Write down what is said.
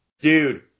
Dude